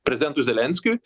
prezidentui zelenskiui